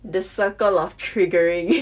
the circle of triggering